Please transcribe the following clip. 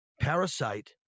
Parasite